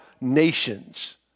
nations